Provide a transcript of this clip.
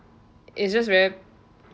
it's just very